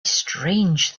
strange